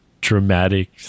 dramatic